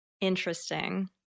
Interesting